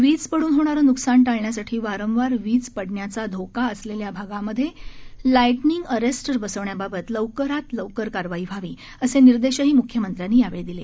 वीज पड्रन होणारे नुकसान टाळण्यासाठी वारंवार वीज पडण्याचा धोका असलेल्या भागांमध्ये लाइटनिंग अरेस्टर बसविण्याबाबत लवकरात लवकर कारवाई व्हावी असे निर्देशही मुख्यमंत्र्यांनी यावेळी दिले